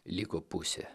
liko pusė